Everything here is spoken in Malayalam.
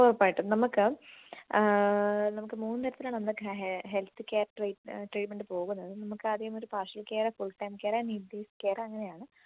ഉറപ്പായിട്ടും നമുക്ക് നമുക്ക് മൂന്ന് തരത്തിലാണ് നമ്മുടെ ഹെ ഹെൽത്ത്കെയർ ട്രീറ്റ് ട്രീറ്റ്മെൻറ് പോകുന്നത് നമുക്ക് ആദ്യമൊരു partial care full time care and need based care അങ്ങനെയാണ്